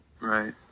Right